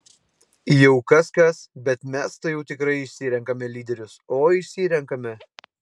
jau kas kas bet mes tai jau tikrai išsirenkame lyderius oi išsirenkame